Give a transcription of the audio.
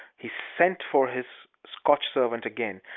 he sent for his scotch servant again,